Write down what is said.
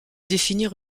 définir